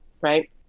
right